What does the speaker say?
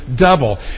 double